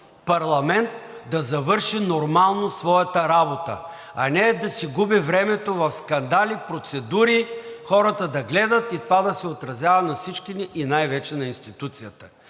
парламент да завърши нормално своята работа, а не да си губи времето в скандали, процедури, хората да гледат и това да се отразява на всички ни и най-вече на институцията.